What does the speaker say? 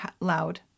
loud